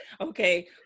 Okay